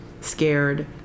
scared